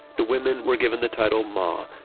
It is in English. the women were given the title ma.